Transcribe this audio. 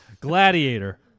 Gladiator